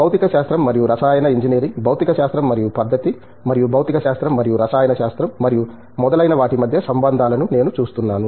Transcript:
భౌతిక శాస్త్రం మరియు రసాయన ఇంజనీరింగ్ భౌతిక శాస్త్రం మరియు పద్ధతి మరియు భౌతిక శాస్త్రం మరియు రసాయన శాస్త్రం మరియు మొదలైన వాటి మధ్య సంబంధాలను నేను చూస్తున్నాను